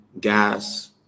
gas